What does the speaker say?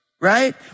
right